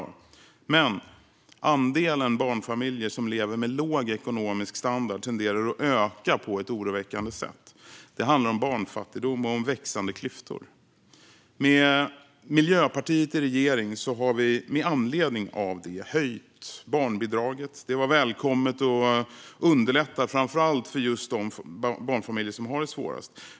Dock tenderar andelen barnfamiljer som lever med låg ekonomisk standard att öka på ett oroväckande sätt. Det handlar om barnfattigdom och om växande klyftor. Med Miljöpartiet i regering har vi med anledning av det höjt barnbidraget. Det var välkommet och underlättar framför allt för just de barnfamiljer som har det svårast.